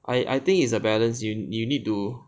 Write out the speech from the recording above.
I I think it's a balance you you need to